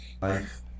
Life